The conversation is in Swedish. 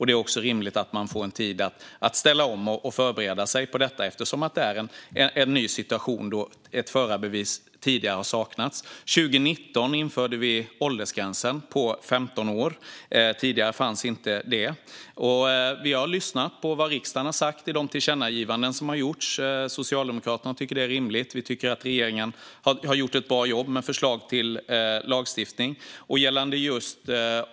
Det är också rimligt att man får tid att ställa om och förbereda sig på detta, eftersom det är en ny situation, då ett förarbevis tidigare har saknats. År 2019 införde vi åldersgränsen på 15 år. Tidigare fanns inte den. Vi har lyssnat på vad riksdagen har sagt i de tillkännagivanden som har gjorts. Socialdemokraterna tycker att det är rimligt. Vi tycker att regeringen har gjort ett bra jobb med förslag till lagstiftning.